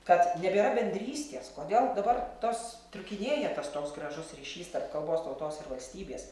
kad nebėra bendrystės kodėl dabar tas trūkinėja tas toks gražus ryšys tarp kalbos tautos ir valstybės